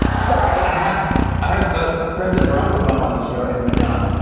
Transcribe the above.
sorry. i have i have ah president barack obama on the show and madonna,